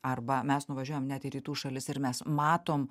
arba mes nuvažiuojam net į rytų šalis ir mes matom